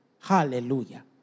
Hallelujah